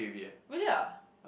really ah